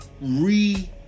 re-